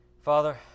Father